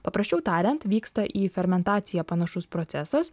paprasčiau tariant vyksta į fermentaciją panašus procesas